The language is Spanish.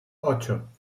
ocho